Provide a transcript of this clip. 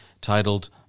titled